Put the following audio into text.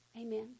Amen